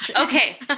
okay